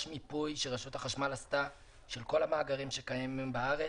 יש מיפוי שרשות החשמל עשתה של כל המאגרים שקיימים היום בארץ.